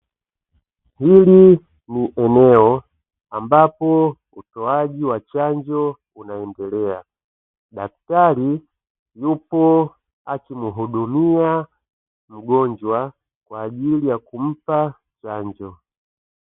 Hili ni eneo ambapo utoaji wa chanjo unaendelea, daktari yupo akimuhudumia mgonjwa kwa ajili ya kumpa chanjo.